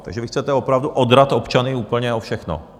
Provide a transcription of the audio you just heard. Takže vy chcete opravdu odrat občany úplně o všechno.